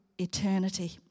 eternity